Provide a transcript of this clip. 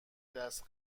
دست